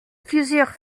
plusieurs